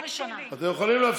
אתן מוכנות להפסיק?